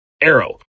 Arrow